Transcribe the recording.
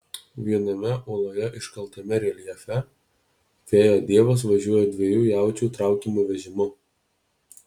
viename uoloje iškaltame reljefe vėjo dievas važiuoja dviejų jaučių traukiamu vežimu